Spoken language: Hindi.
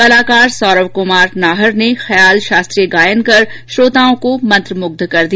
कलाकार सौरव कुमार नाहर ने ख्याल शास्त्रीय गायन कर श्रोताओं को मंत्रमुग्ध कर दिया